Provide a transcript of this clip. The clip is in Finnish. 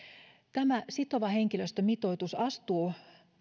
sitova henkilöstömitoitus astuu